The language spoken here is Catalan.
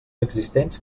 existents